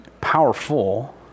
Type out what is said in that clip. powerful